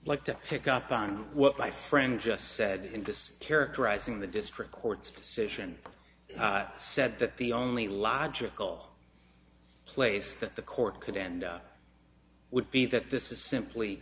like to pick up on what my friend just said in this characterizing the district court's decision said that the only logical place that the court could and would be that this is simply